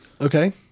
Okay